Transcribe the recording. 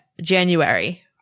january